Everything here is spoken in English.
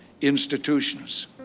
institutions